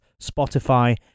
Spotify